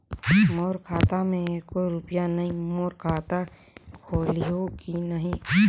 मोर खाता मे एको रुपिया नइ, मोर खाता खोलिहो की नहीं?